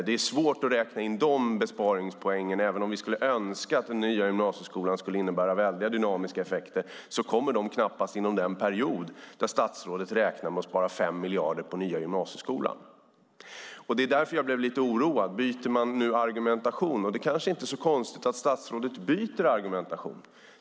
Det är svårt att räkna in dessa besparingspoäng. Även om vi skulle önska att den nya gymnasieskolan kommer att medföra väldiga dynamiska effekter kommer de knappast inom den period då statsrådet räknar med att spara 5 miljarder på den nya gymnasieskolan. Det är därför jag blev lite oroad. Byter man nu argumentation? Det kanske inte är så konstigt att statsrådet byter argumentation.